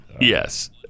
Yes